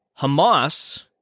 hamas